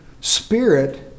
spirit